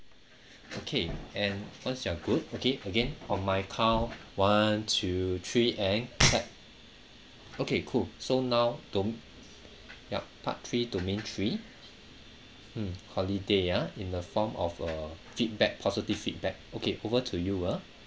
okay and once you're good okay again on my count one two three and tap okay cool so now dom~ ya part three domain three mm holiday ah in the form of a feedback positive feedback okay over to you ah